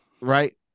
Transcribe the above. Right